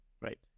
Right